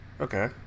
Okay